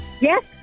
Yes